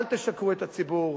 אל תשקרו לציבור,